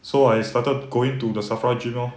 so I started going to the safra gym lor